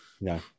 No